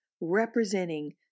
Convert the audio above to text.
representing